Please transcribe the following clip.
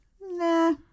Nah